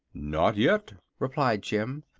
not yet, replied jim.